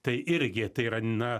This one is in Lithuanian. tai irgi tai yra na